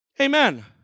amen